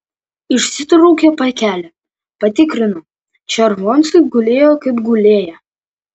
išsitraukė pakelį patikrino červoncai gulėjo kaip gulėję